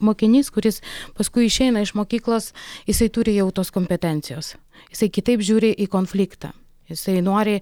mokinys kuris paskui išeina iš mokyklos jisai turi jau tos kompetencijos jisai kitaip žiūri į konfliktą jisai nori